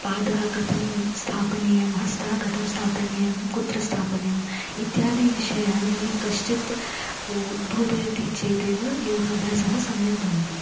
पादः कथं स्थापनीयं हस्तः कथं स्थापनीयं कुत्र स्थापनीयम् इत्यादि विषयः निरी कश्चित् उद्बोधयति चेदेव योगाभ्यासः सम्यक् भवति